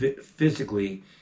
physically